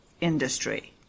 industry